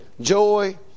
joy